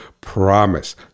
promise